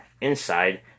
Inside